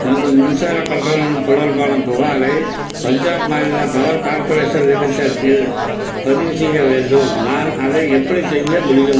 எனது மின்சாரக் கட்டணம் தொடர்பான புகாரை பஞ்சாப் மாநில பவர் கார்ப்பரேஷன் லிமிடெட் இல் பதிவு செய்ய வேண்டும் நான் அதை எப்படி செய்ய முடியும்